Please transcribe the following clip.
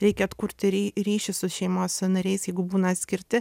reikia atkurti ryšį su šeimos nariais jeigu būna atskirti